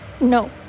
No